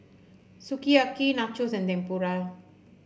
Sukiyaki Nachos and Tempura